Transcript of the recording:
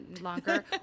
longer